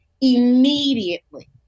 immediately